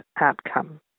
outcome